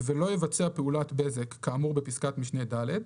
ולא יבצע פעולת בזק כאמור בפסקת משנה (ד),